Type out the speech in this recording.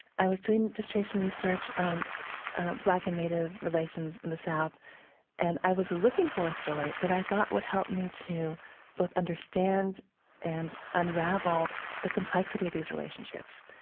i was doing dissertation research on black and native relations in the south and i was looking for a story that i thought would help me to both understand and unravel the complexity of these relationships.